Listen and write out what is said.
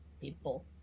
people